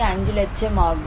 5 லட்சம் ஆகும்